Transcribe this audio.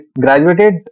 graduated